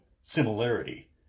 similarity